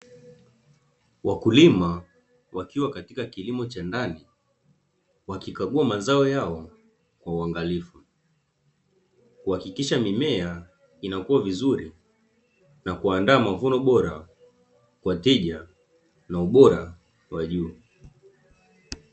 Wakulima wakiwa katika kilimo cha ndani wakikagua mazao yao kwa uangalifu. Kuhakikisha mimea inakuwa vizuri na kuandaa mavuno bora kwa tija na ubora wa juu.